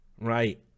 Right